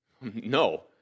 no